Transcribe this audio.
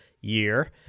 year